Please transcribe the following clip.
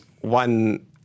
one